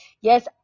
Yes